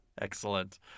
Excellent